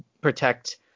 protect